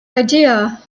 idea